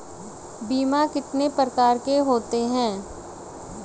बीमा कितने प्रकार के होते हैं?